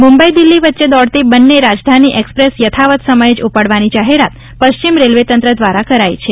મુંબઇ દિલ્હી વચ્ચે દોડતી બંને રાજધાની એક્સપ્રેસ યથાવત સમયે જ ઉપાડવાની જાહેરાત પશ્ચિમ રેલવે તંત્ર દ્વારા કરાઇ છે